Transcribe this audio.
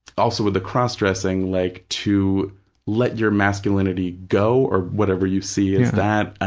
also with the cross-dressing, like to let your masculinity go or whatever you see as that,